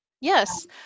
Yes